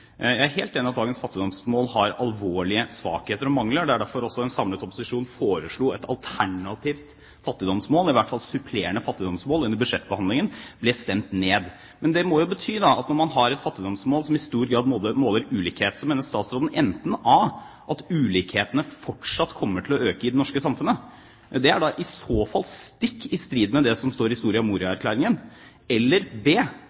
Jeg er helt enig at dagens fattigdomsmål har alvorlige svakheter og mangler. Det er derfor også en samlet opposisjon foreslo et alternativt fattigdomsmål, i hvert fall et supplerende fattigdomsmål under budsjettbehandlingen, men ble stemt ned. Det må jo bety, når man har et fattigdomsmål som i stor grad måler ulikhet, at statsråden mener enten a) at ulikhetene fortsatt kommer til å øke i det norske samfunnet – men det er i så fall stikk i strid med det som står i Soria Moria-erklæringen – eller b)